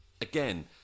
again